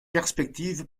perspective